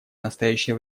настоящее